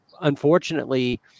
unfortunately